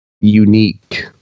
unique